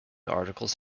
articles